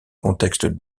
contexte